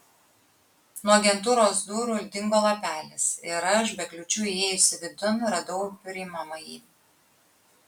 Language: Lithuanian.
nuo agentūros durų dingo lapelis ir aš be kliūčių įėjusi vidun radau priimamąjį